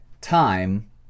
time